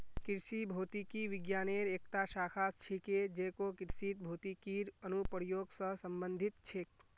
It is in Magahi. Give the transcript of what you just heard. कृषि भौतिकी विज्ञानेर एकता शाखा छिके जेको कृषित भौतिकीर अनुप्रयोग स संबंधित छेक